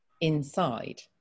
inside